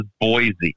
Boise